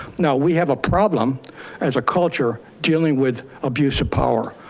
now we have a problem as a culture dealing with abuse of power,